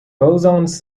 bosons